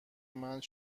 مند